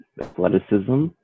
athleticism